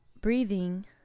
Breathing